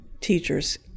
teachers